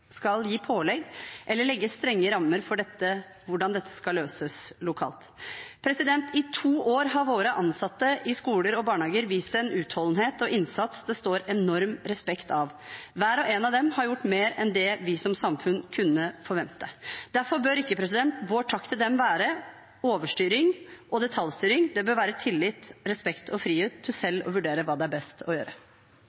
gi pålegg eller legge strenge rammer for hvordan dette skal løses lokalt. I to år har våre ansatte i skoler og barnehager vist en utholdenhet og innsats det står enorm respekt av. Hver og en av dem har gjort mer enn det vi som samfunn kunne forvente. Derfor bør ikke vår takk til dem være overstyring og detaljstyring, det bør være tillit, respekt og frihet til